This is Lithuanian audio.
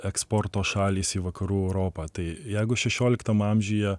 eksporto šalys į vakarų europą tai jeigu šešioliktam amžiuje